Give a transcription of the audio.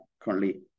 currently